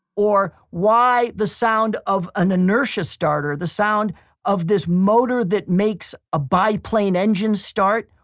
or, why the sound of an inertia starter, the sound of this motor that makes a biplane engine start,